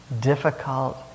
difficult